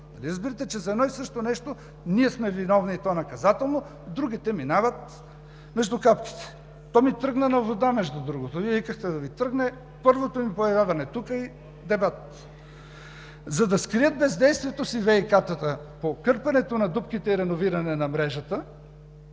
разбирате, че за едно и също нещо ние сме виновни, и то наказателно, другите минават между капчиците. То ми тръгна на вода, между другото. Вие викахте: да Ви тръгне... Първото ми появяване тук – и дебат. За да скрият ВиК-тата бездействието си по кърпенето на дупките и реновирането на мрежата…